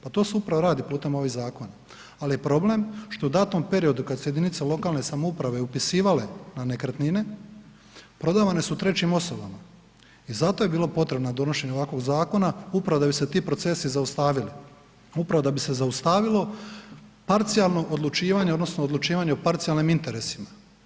Pa to se upravo radi putem ovih zakona, al je problem što u datom periodu, kad su se jedinice lokalne samouprave upisivale na nekretnine, prodavane su trećim osobama i zato je bilo potrebno donošenje ovakvog zakona upravo da bi se ti procesi zaustavili, upravo da bi se zaustavilo parcijalno odlučivanje odnosno odlučivanje o parcijalnim interesima.